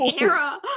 era